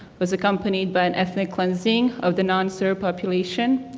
was accompanied by an ethnic cleansing of the non-serb population.